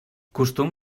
costum